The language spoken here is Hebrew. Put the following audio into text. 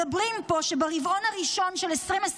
מדברים פה על זה שברבעון הראשון של 2024